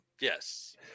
Yes